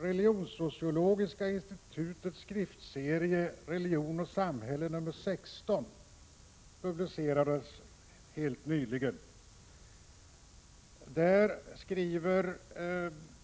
Religionssociologiska institutets skriftserie Religion och samhälle nr 16 publicerades helt nyligen. Där ger